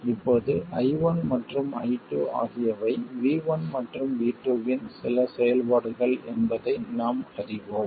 இப்போது I1 மற்றும் I2 ஆகியவை V1 மற்றும் V2 இன் சில செயல்பாடுகள் என்பதை நாம் அறிவோம்